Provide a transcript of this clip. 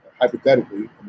hypothetically